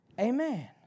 Amen